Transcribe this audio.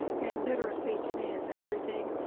and literacy to me is everything.